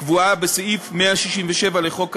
הקבועה בסעיף 167 לחוק העונשין,